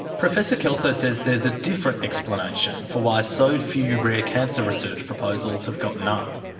professor kelso says there's a different explanation for why so few rare cancer research proposals have gotten up.